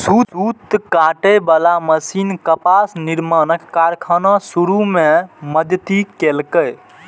सूत काटे बला मशीन कपास निर्माणक कारखाना शुरू मे मदति केलकै